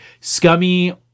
scummy